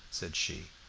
said she.